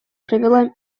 провела